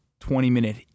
20-minute